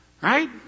Right